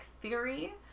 Theory